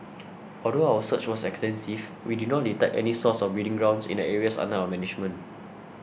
although our search was extensive we did not detect any source or breeding grounds in the areas under our management